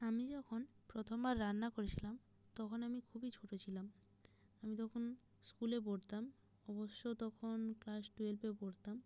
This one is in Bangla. আমি যখন প্রথমবার রান্না করেছিলাম তখন আমি খুবই ছোটো ছিলাম আমি তখন স্কুলে পড়তাম অবশ্য তখন ক্লাস টুয়েলভে পড়তাম